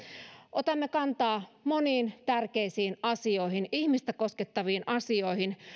otamme kantaa moniin tärkeisiin asioihin ihmistä koskettaviin asioihin